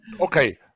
Okay